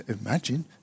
imagine